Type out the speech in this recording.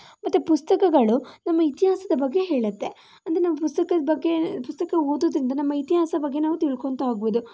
ಮತ್ತು ಪುಸ್ತಕಗಳು ನಮ್ಮ ಇತಿಹಾಸದ ಬಗ್ಗೆ ಹೇಳುತ್ತೆ ಅಂದರೆ ನಮ್ಮ ಪುಸ್ತಕದ ಬಗ್ಗೆ ಪುಸ್ತಕ ಓದೋದರಿಂದ ನಮ್ಮ ಇತಿಹಾಸ ಬಗ್ಗೆ ನಾವು ತಿಳ್ಕೊಳ್ತಾ ಹೋಗ್ಬೋದು